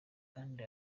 kandi